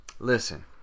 listen